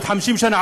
עוד 50 שנה?